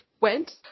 went